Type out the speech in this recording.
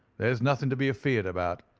there's nothing to be afeared about,